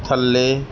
ਥੱਲੇ